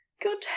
Good